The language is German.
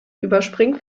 überspringt